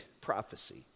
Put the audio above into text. prophecy